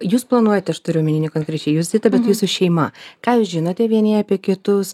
jūs planuojate aš turiu omeny ne konkrečiai jus zita bet jūsų šeima ką jūs žinote vieni apie kitus